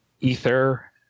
ether